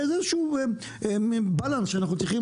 זהו איזה שהוא Balance שאנחנו צריכים